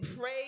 pray